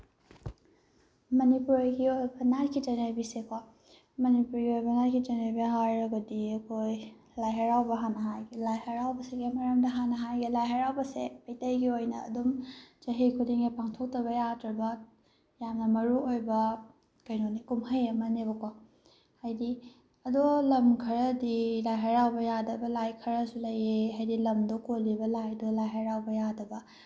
ꯃꯅꯤꯄꯨꯔꯒꯤ ꯑꯣꯏꯕ ꯅꯥꯠꯀꯤ ꯆꯠꯅꯕꯤꯁꯦꯀꯣ ꯃꯅꯤꯄꯨꯔꯒꯤ ꯑꯣꯏꯕ ꯅꯥꯠꯀꯤ ꯆꯠꯅꯕꯤ ꯍꯥꯏꯔꯒꯗꯤ ꯑꯩꯈꯣꯏ ꯂꯥꯏ ꯍꯔꯥꯎꯕ ꯍꯥꯟꯅ ꯍꯥꯏꯒꯦ ꯂꯥꯏ ꯍꯔꯥꯎꯕꯁꯤꯒꯤ ꯃꯔꯝꯗ ꯍꯥꯟꯅ ꯍꯥꯏꯒꯦ ꯂꯥꯏ ꯍꯔꯥꯎꯕꯁꯦ ꯃꯩꯇꯩꯒꯤ ꯑꯣꯏꯅ ꯑꯗꯨꯝ ꯆꯍꯤ ꯈꯨꯗꯤꯡꯒꯤ ꯄꯥꯡꯊꯣꯛꯇꯕ ꯌꯥꯗ꯭ꯔꯕ ꯌꯥꯝꯅ ꯃꯔꯨꯑꯣꯏꯕ ꯀꯩꯅꯣꯅꯤ ꯀꯨꯝꯍꯩ ꯑꯃꯅꯦꯕꯀꯣ ꯍꯥꯏꯗꯤ ꯑꯗꯣ ꯂꯝ ꯈꯔꯗꯤ ꯂꯥꯏ ꯍꯔꯥꯎꯕ ꯌꯥꯗꯕ ꯂꯥꯏ ꯈꯔꯁꯨ ꯂꯩꯌꯦ ꯍꯥꯏꯗꯤ ꯂꯝꯗꯣ ꯀꯣꯜꯂꯤꯕ ꯂꯥꯏꯗꯣ ꯂꯥꯏ ꯍꯔꯥꯎꯕ ꯌꯥꯗꯕ